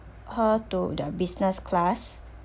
her to the business class